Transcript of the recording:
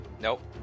Nope